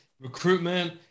recruitment